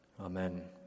Amen